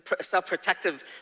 self-protective